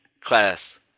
class